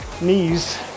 knees